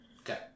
Okay